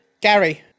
Gary